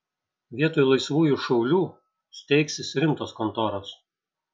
vietoj laisvųjų šaulių steigsis rimtos kontoros